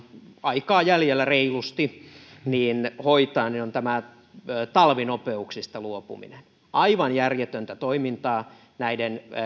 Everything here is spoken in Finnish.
aikaa jäljellä reilusti voisi vielä hoitaa on talvinopeuksista luopuminen on aivan järjetöntä toimintaa näiden